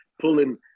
pulling